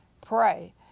pray